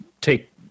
take